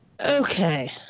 Okay